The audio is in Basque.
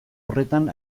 horretan